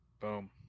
Boom